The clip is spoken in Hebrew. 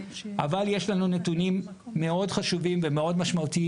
אבל יש לנו נתונים מאוד חשובים ומאוד משמעותיים